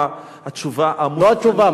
התשובה, לא התשובה.